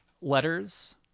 letters